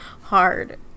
hard